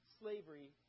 slavery